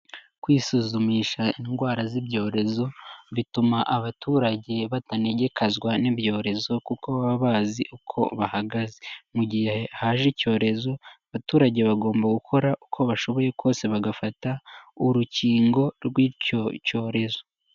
Kwisuzumisha indwara z'ibyorezo bituma abaturage batanegekazwa n'ibyorezo kuko baba bazi uko bahagaze. Mu gihe haje icyorezo, abaturage bagomba gukora uko bashoboye kose, bagafata urukingo rw'icyo cyorezo.